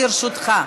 לרשותך.